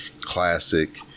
Classic